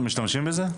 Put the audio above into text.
משתמשים בזה?